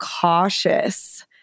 cautious